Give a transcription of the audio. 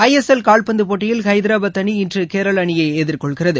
ISL கால்பந்து போட்டியில் ஹைதராபாத் அணி இன்று கேரள அணியை எதிர்கொள்கிறது